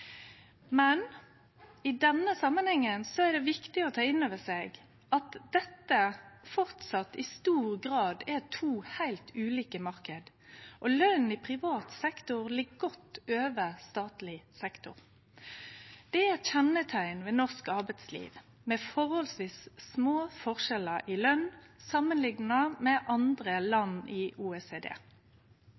men i denne samanheng er det viktig å ta inn over seg at dette framleis i stor grad er to heilt ulike marknader, og løna i privat sektor ligg godt over statleg sektor. Det er eit kjenneteikn ved norsk arbeidsliv at det er forholdsvis små forskjellar i løn samanlikna med andre land i